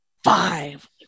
Five